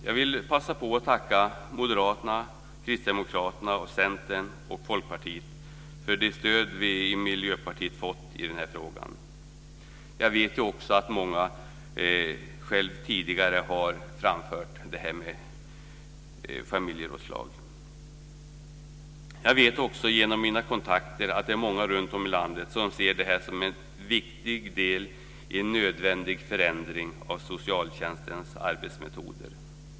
Jag vill passa på att tacka Moderaterna, Kristdemokraterna, Centern och Folkpartiet för det stöd som vi i Miljöpartiet fått i den här frågan. Jag vet också att många tidigare har framfört förslaget om familjerådslag. Jag vet också genom mina kontakter att det är många runtom i landet som ser det som en viktig del i en nödvändig förändring av socialtjänstens arbetsmetoder.